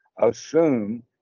assume